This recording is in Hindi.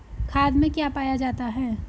खाद में क्या पाया जाता है?